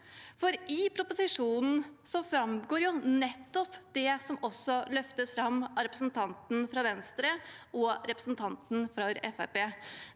for i proposisjonen framgår jo nettopp det som også løftes fram av representanten fra Venstre og representanten fra